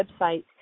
website